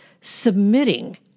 submitting